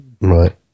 right